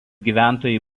gyventojai